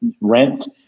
rent